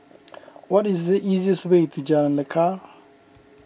what is the easiest way to Jalan Lekar